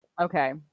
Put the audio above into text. Okay